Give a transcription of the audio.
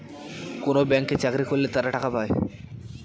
কোনো ব্যাঙ্কে চাকরি করলে তারা টাকা পায়